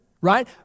right